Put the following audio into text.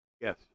Yes